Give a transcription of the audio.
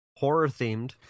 horror-themed